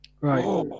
Right